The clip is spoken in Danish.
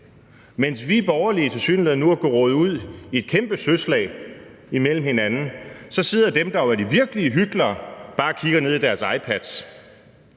tilsyneladende nu er gerådet ud i et kæmpe søslag med hinanden, så sidder dem, der var de virkelige hyklere, bare og kigger ned i deres iPads.